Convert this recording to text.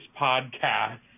podcast